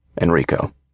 Enrico